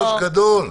מוצרי ניקיון.